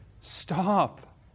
stop